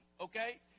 okay